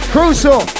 Crucial